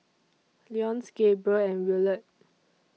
Leonce Gabriel and Willard